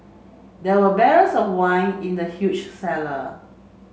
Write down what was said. there were barrels of wine in the huge cellar